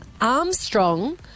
Armstrong